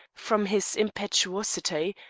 from his impetuosity,